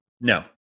No